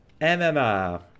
mmr